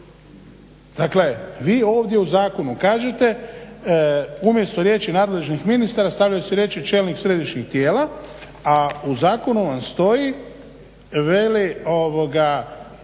Dakle vi ovdje u zakonu kažete umjesto riječi nadležnih ministara stavili su riječi čelnik središnjih tijela a u zakonu vam stoji po